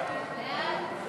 סעיפים 1 2